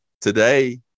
today